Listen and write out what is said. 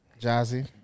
Jazzy